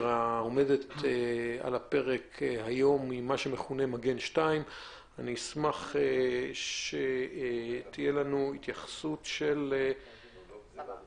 היא מה שמכונה "מגן 2". אני אשמח שתהיה התייחסות של רונן